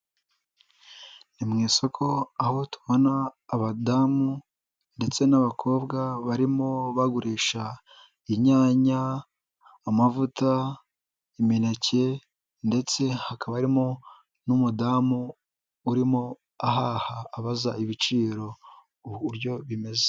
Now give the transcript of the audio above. Ni mu isoko aho tubona abadamu ndetse n'abakobwa, barimo bagurisha inyanya, amavuta, imineke ndetse hakaba harimo n'umudamu, urimo ahaha, abaza ibiciro uburyo bimeze.